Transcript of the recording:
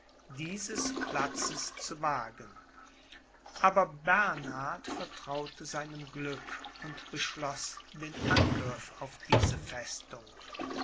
dieses platzes zu wagen aber bernhard vertraute seinem glück und beschloß den angriff auf diese festung